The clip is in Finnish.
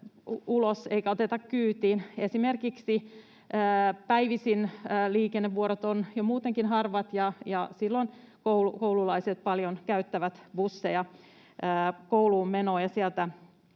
ulos eikä oteta kyytiin? Esimerkiksi päivisin liikennevuorot ovat jo muutenkin harvat ja silloin koululaiset paljon käyttävät busseja kouluun menoon ja sieltä